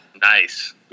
Nice